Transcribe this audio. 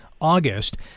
August